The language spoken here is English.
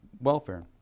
welfare